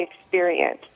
experience